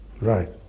right